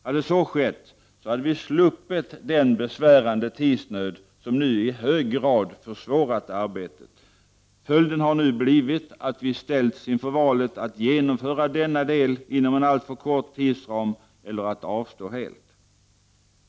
Hade så skett, skulle vi ha sluppit den besvärande tidsnöd som nu i hög grad försvårat arbetet. Följden har nu blivit att vi ställts inför valet att genomföra denna del inom en alltför kort tidsram eller att helt avstå.